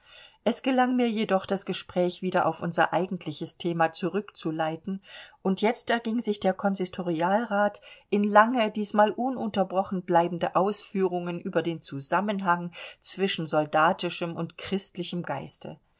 es gelang mir jedoch das gespräch wieder auf unser eigentliches thema zurückzuleiten und jetzt erging sich der konsistorialrat in lange diesmal ununterbrochen bleibende ausführungen über den zusammenhang zwischen soldatischem und christlichem geiste